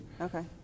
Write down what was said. Okay